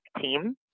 team